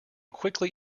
quickly